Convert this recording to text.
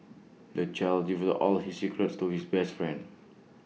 the child divulged all his secrets to his best friend